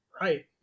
right